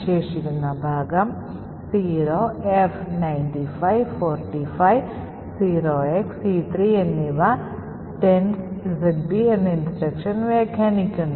ശേഷിക്കുന്ന ഭാഗം 0 f 95 45 0xC3 എന്നിവ setnzb എന്ന instruction വ്യാഖ്യാനിക്കുന്നു